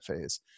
phase